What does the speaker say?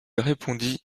répondit